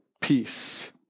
peace